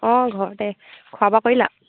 অঁ ঘৰতে খোৱা ৱোবা কৰিলা